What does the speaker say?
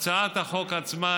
להצעת החוק עצמה,